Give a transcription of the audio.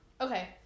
Okay